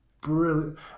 Brilliant